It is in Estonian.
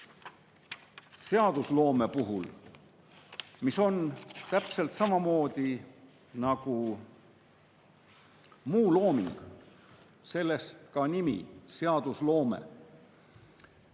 seadusloome puhul, mis on täpselt samasugune nagu muu looming – sellest ka nimetus "seadusloome"